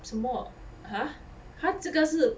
什么 !huh! !huh! 这个是